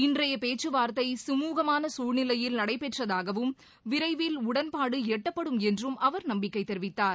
இன்றைய பேச்சுவார்த்தை சுமுகமான சூழ்நிலையில் நடைபெற்றதாகவும் விரைவில் உடன்பாடு எட்டப்படும் என்றும் அவர் நம்பிக்கை தெரிவித்தார்